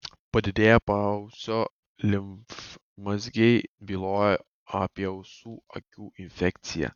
padidėję paausio limfmazgiai byloja apie ausų akių infekciją